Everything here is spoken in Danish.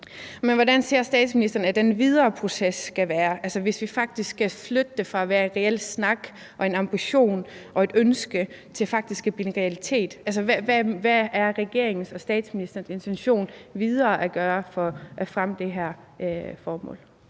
Men hvordan ser statsministeren at den videre proces skal være, altså hvis vi faktisk skal flytte det fra at være snak, en ambition og et ønske til faktisk at blive en realitet? Hvad er det regeringens og statsministerens intention at gøre videre for at fremme det her formål?